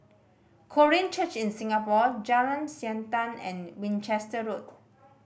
Korean Church in Singapore Jalan Siantan and Winchester Road